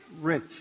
rich